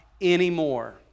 anymore